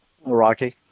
Rocky